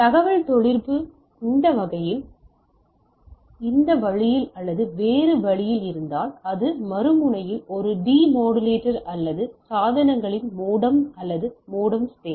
தகவல் தொடர்பு இந்த வழியில் அல்லது வேறு வழியில் இருந்தால் அல்லது மறுமுனையில் ஒரு டி மாடுலேட்டர் அல்லது சாதனங்களில் மோடம் அல்லது மோடம்கள் தேவை